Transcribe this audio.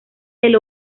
del